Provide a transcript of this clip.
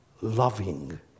loving